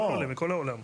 מכל העולם.